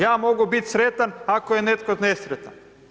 Ja mogu biti sretan, ako je netko nesretan.